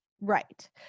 Right